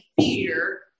fear